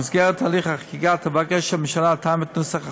במסגרת הליך החקיקה תבקש הממשלה לתאם את נוסח החוק,